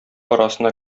арасына